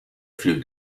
few